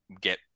get